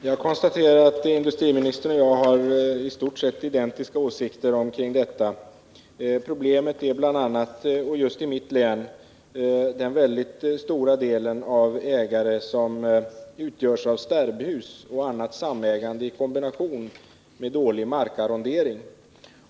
Herr talman! Jag konstaterar att industriministern och jag har i stort sett identiska åsikter. Problemet är bl.a. — just i mitt län — den mycket stora andelen skogsägare som utgörs av sterbhus och annat samägande, i kombination med dålig markarrondering.